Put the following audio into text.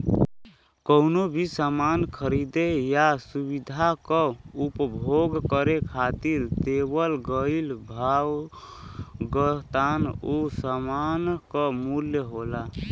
कउनो भी सामान खरीदे या सुविधा क उपभोग करे खातिर देवल गइल भुगतान उ सामान क मूल्य होला